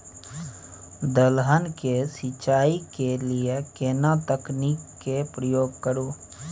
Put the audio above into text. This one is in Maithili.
दलहन के सिंचाई के लिए केना तकनीक के प्रयोग करू?